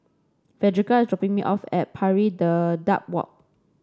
Frederica is dropping me off at Pari Dedap Walk